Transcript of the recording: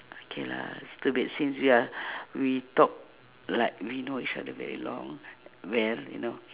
okay lah a little bit since we are we talk like we know each other very long well you know